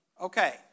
Okay